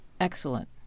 Excellent